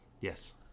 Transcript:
Yes